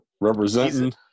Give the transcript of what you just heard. Representing